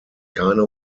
keine